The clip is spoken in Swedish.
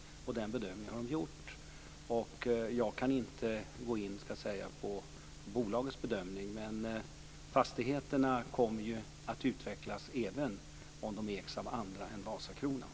Den bedömningen har de gjort, och jag kan inte gå in på bolagets bedömning. Fastigheterna kommer att utvecklas även om de ägs av annan än Vasakronan.